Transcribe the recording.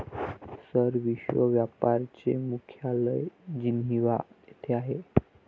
sir, विश्व व्यापार चे मुख्यालय जिनिव्हा येथे आहे